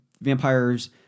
Vampire's